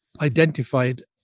identified